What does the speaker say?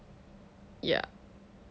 yup